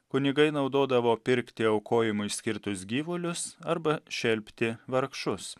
kunigai naudodavo pirkti aukojimui skirtus gyvulius arba šelpti vargšus